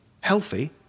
healthy